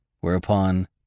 whereupon